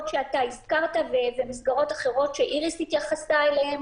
שהזכרת ומסגרות אחרות שאיריס התייחסה אליהן.